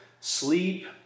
sleep